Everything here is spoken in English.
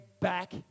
back